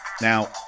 Now